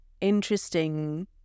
interesting